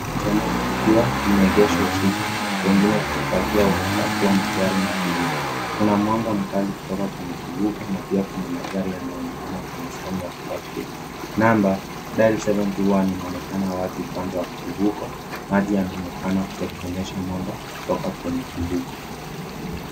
Cha meli kikiwa kimeegeshwa usiku wengine wakipakia na kupakua magari na abiria. Kuna mwanga mkali kutoka kwenye kivuko na pia kuna magari yanaonekana kwenye sehemu ya kupakia number dial 721 inaonekana wazi upande wa kivuko. Maji yanaonekana yakionyesha mwanga kutoka kwenye kivuko.